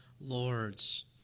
lords